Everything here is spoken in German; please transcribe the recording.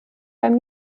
beim